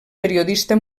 periodista